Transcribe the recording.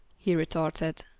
he retorted.